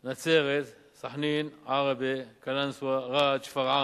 נצרת, סח'נין, עראבה, קלנסואה, רהט, שפרעם.